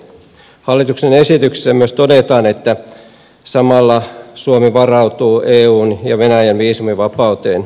hallituksen esityksessä myös todetaan että samalla suomi varautuu eun ja venäjän viisumivapauteen